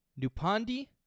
Nupandi